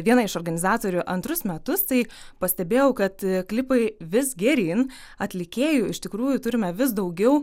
viena iš organizatorių antrus metus tai pastebėjau kad klipai vis geryn atlikėjų iš tikrųjų turime vis daugiau